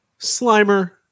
Slimer